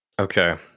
Okay